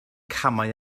camau